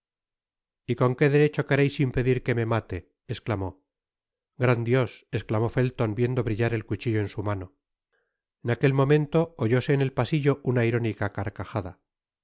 y con qué derecho quereis impedir que me mate esdamó gran dios esclamó felton viendo brillar el cuchillo en su mano en aquel momento oyóse en el pasillo una irónica carcajada